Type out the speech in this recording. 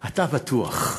אתה, בטוח.